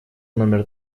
номер